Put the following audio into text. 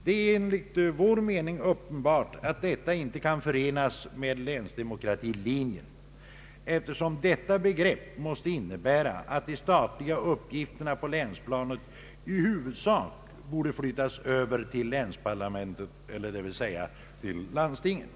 Det är enligt vår mening uppenmart att detta inte kan förenas med länsdemokratilinjen, eftersom det begreppet måste innebära att de statliga uppgifterna på länsplanet i huvudsak borde flyttas över till länsparlamentet, d.v.s. landstinget.